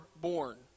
born